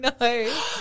No